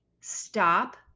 stop